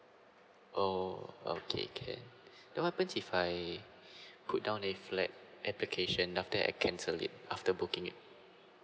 oh okay can but what if if I put down the flat application after I canceled it after booking it